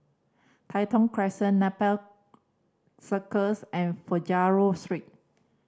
Tai Thong Crescent Nepal Circus and Figaro Street